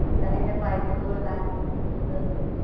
the and mfi, the the world bank, the distributor, the